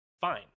fine